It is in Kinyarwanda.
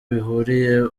bihuriye